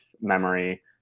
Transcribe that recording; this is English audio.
memory